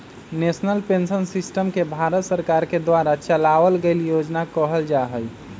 national pension system के भारत सरकार के द्वारा चलावल गइल योजना कहल जा हई